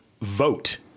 vote